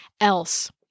else